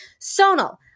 Sonal